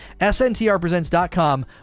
sntrpresents.com